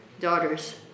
daughters